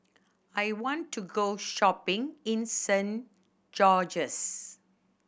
I want to go shopping in Saint George's